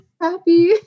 happy